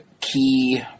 key